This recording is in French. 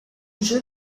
jeu